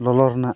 ᱞᱚᱞᱚ ᱨᱮᱱᱟᱜ